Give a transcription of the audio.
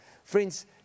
Friends